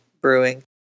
brewing